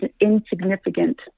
insignificant